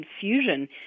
confusion